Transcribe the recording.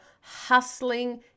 hustling